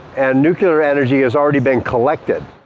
and nuclear energy has already been collected.